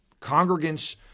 congregants